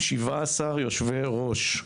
עבדת עם 17 יושבי ראש,